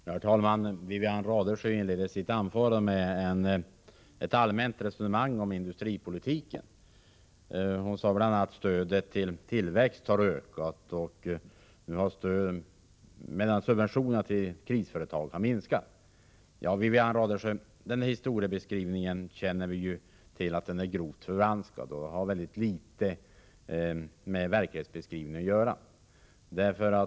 Herr talman! Wivi-Anne Radesjö inledde sitt anförande med ett allmänt resonemang om industripolitiken. Hon sade bl.a. att stödet till tillväxtföretag har ökat medan subventionerna till krisföretag minskat. Den historieskrivningen, Wivi-Anne Radesjö, vet vi är grovt förvanskad och har väldigt litet med verkligheten att göra.